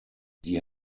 sie